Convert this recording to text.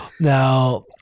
Now